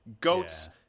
goats